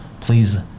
please